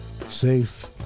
safe